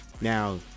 Now